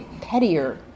pettier